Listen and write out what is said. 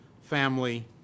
family